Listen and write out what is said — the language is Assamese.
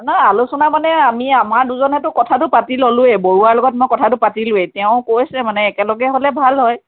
নহয় আলোচনা মানে আমি আমাৰ দুজনেতো কথাটো পাতি ল'লোঁৱেই বৰুৱাৰ লগত মই কথাটো পাতিলোঁৱেই তেওঁ কৈছে মানে একেলগে হ'লে ভাল হয়